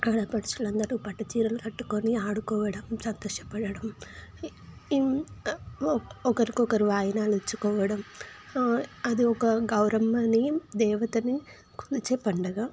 ఆడపడుచులు అందరు పట్టు చీరలు కట్టుకుని ఆడుకోవడం సంతోషపడడం ఇన్ ఒకరికొకరు వాయినాలు ఇచ్చుకోవడం అది ఒక గౌరమ్మని దేవతని కొలిచే పండుగ